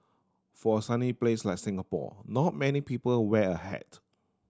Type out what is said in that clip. for a sunny place like Singapore not many people wear a hat